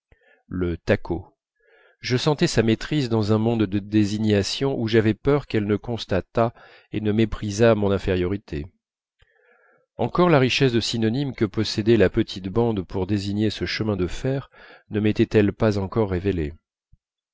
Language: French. le tacot je sentais sa maîtrise dans un mode de désignations où j'avais peur qu'elle ne constatât et ne méprisât mon infériorité encore la richesse de synonymes que possédait la petite bande pour désigner ce chemin de fer ne métait elle pas encore révélée